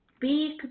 big